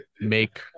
make